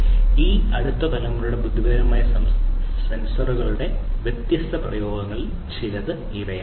ഈ അടുത്ത തലമുറയുടെ ബുദ്ധിപരമായ സെൻസറുകളുടെ ഈ വ്യത്യസ്ത പ്രയോഗങ്ങളിൽ ചിലത് ഇവയാണ്